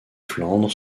flandre